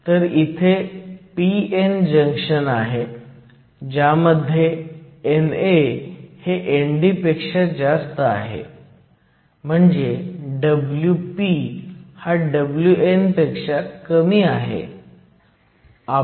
तर इथे p n junction आहे ज्यामध्ये NA ND आहे म्हणजे Wp हा Wn पेक्षा कमी आहे